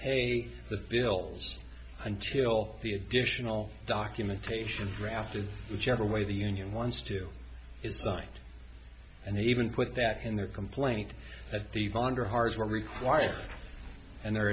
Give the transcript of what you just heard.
pay the bills until the additional documentation drafted whichever way the union wants to sign and even put that in their complaint at the bonder harz were required and